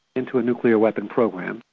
into a nuclear weapon program.